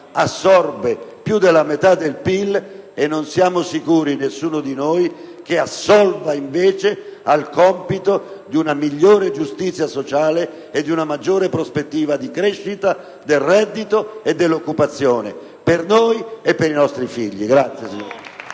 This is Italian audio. assorbe più della metà del PIL, mentre non siamo sicuri - nessuno di noi - assolva al compito di una migliore giustizia sociale e di una maggiore prospettiva di crescita del reddito e dell'occupazione, per noi e per i nostri figli. *(Applausi dal